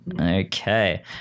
okay